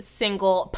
single